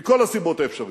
מכל הסיבות האפשריות.